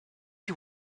you